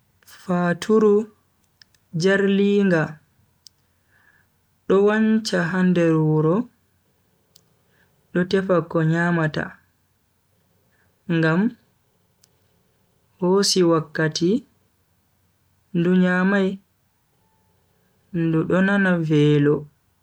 Faturu jarlinga do wancha ha nder wuro do tefa ko nyamata ngam hosi wakkati ndu nyamai ndu do nana velo.